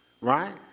Right